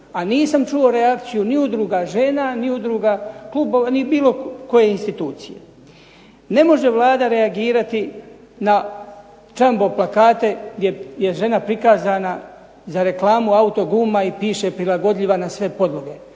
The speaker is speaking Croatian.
A nisam čuo reakciju ni udruga žena, ni udruga klubova ni bilo koje institucije. Ne može Vlada reagirati na džambo plakate gdje je žena prikazana za reklamu auto guma i piše "Prilagodljiva na sve podloge".